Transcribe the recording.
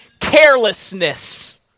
carelessness